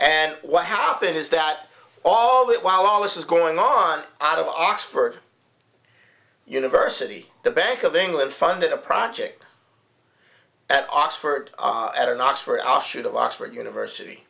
and what happened is that all the while all this is going on out of oxford university the bank of england funded a project at oxford at an oxford offshoot of oxford university